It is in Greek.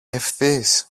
ευθύς